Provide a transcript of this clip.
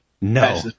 No